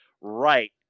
right